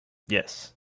yes